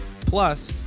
Plus